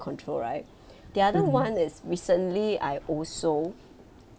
control right the other one is recently I also